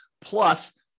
plus